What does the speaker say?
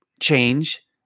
change